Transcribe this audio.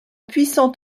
puissant